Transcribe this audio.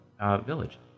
village